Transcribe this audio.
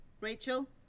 Rachel